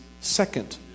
second